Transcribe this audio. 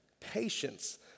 patience